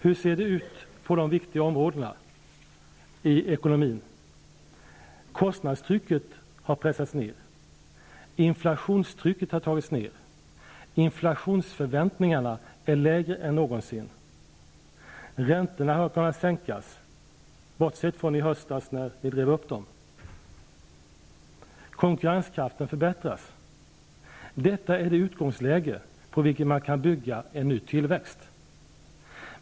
Hur ser det ut på de viktiga områdena i ekonomin? Kostnadstrycket har minskats, inflationen har pressats ned, inflationsförväntningarna är lägre än någonsin, räntorna har kunnat sänkas -- bortsett från i höstas, när ni drev upp dem -- och konkurrenskraften har förbättrats. Detta är ett utgångsläge på vilket man kan bygga en ny tillväxt.